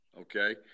Okay